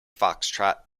foxtrot